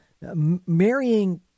marrying